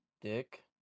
dick